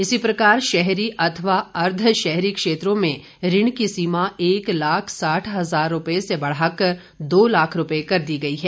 इसी प्रकार शहरी अथवा अर्ध शहरी क्षेत्रों में ऋण की सीमा एक लाख साठ हज़ार रुपये से बढ़ाकर दो लाख रुपये कर दी गई है